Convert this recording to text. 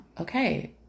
Okay